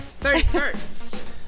31st